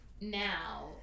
now